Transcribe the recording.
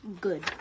good